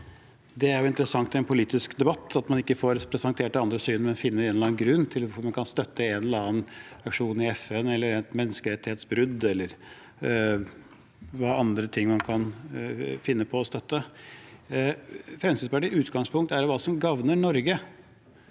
Det er interessant i en politisk debatt – at man ikke får presentert det andre synet, men finner en eller annen grunn til hvorfor man kan støtte en eller annen person i FN, eller et menneskerettighetsbrudd, eller andre ting man kan finne på å støtte. Fremskrittspartiets utgangspunkt er hva som gagner Norge,